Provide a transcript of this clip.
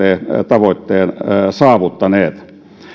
tavoitteen saavuttaneet